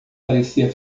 parecia